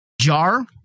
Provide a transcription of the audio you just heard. jar